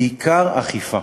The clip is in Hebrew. בעיקר אכיפה.